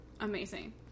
Amazing